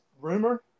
rumor